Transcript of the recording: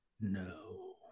No